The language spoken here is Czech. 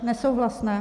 Nesouhlasné.